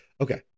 okay